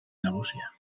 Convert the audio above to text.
nagusia